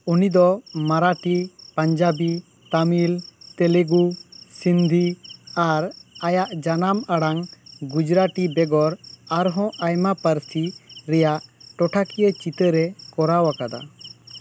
ᱩᱱᱤᱫᱚ ᱢᱟᱨᱟᱴᱷᱤ ᱯᱟᱧᱡᱟᱵᱤ ᱛᱟᱢᱤᱞ ᱛᱮᱞᱮᱜᱩ ᱥᱤᱱᱫᱷᱤ ᱟᱨ ᱟᱭᱟᱜ ᱡᱟᱱᱟᱢ ᱟᱲᱟᱝ ᱜᱩᱡᱨᱟᱴᱤ ᱵᱮᱜᱚᱨ ᱟᱨᱦᱚᱸ ᱟᱭᱢᱟ ᱯᱟᱹᱨᱥᱤ ᱨᱮᱭᱟᱜ ᱴᱚᱴᱷᱟᱠᱤᱭᱟᱹ ᱪᱤᱛᱟᱹᱨᱮ ᱠᱚᱨᱟᱣ ᱟᱠᱟᱫᱟ